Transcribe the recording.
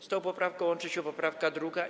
Z tą poprawką łączy się poprawka 2.